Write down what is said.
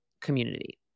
community